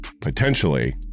potentially